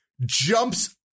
jumps